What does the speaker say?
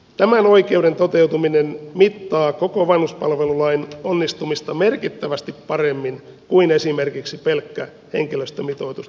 tämän oikeuden toteutuminen mittaa koko vanhuspalvelulain onnistumista merkittävästi paremmin kuin esimerkiksi pelkkä henkilöstömitoitus ten toteutuminen